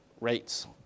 rates